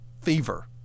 Fever